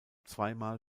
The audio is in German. zweimal